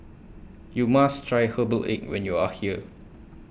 YOU must Try Herbal Egg when YOU Are here